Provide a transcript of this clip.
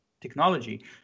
technology